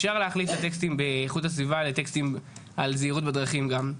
אפשר להחליף את הטקסטים באיכות הסביבה לטקסטים על זהירות בדרכים גם.